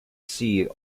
sea